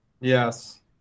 Yes